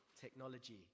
technology